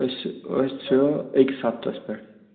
أسۍ چھِ أسۍ چھِ أکِس ہَفتَس پٮ۪ٹھ